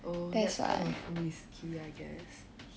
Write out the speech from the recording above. oh that's kind of risky I guess